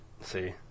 see